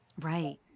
Right